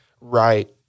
right